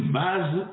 base